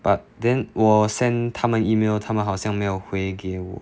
but then 我 sent 他们 email 他们好像没有回给我